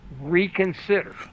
reconsider